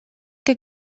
que